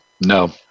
No